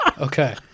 Okay